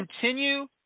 continue